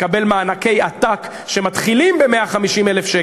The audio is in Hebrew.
מקבל מענקי עתק שמתחילים ב-150,000.